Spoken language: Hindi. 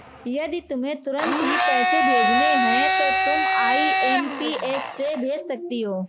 यदि तुम्हें तुरंत ही पैसे भेजने हैं तो तुम आई.एम.पी.एस से भेज सकती हो